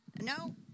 No